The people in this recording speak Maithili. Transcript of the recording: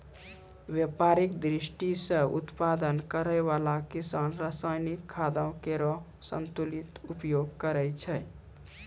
व्यापारिक दृष्टि सें उत्पादन करै वाला किसान रासायनिक खादो केरो संतुलित उपयोग करै छै